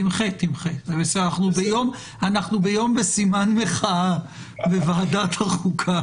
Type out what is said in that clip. תמחה, אנחנו ביום בסימן מחאה בועדת החוקה